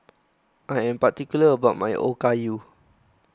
I am particular about my Okayu